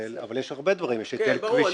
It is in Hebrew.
אבל יש הרבה דברים יש היטל כבישים --- ברור.